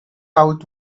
out